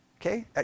Okay